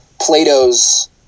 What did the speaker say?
Plato's